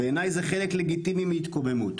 בעיניי זה חלק לגיטימי מהתקוממות.